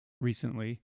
recently